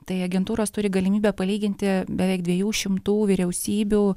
tai agentūros turi galimybę palyginti beveik dviejų šimtų vyriausybių